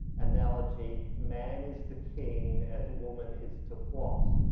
analogy, man is the king as woman is to what?